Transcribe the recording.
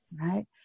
right